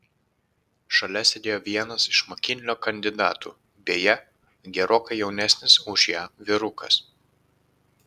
šalia sėdėjo vienas iš makinlio kandidatų beje gerokai jaunesnis už ją vyrukas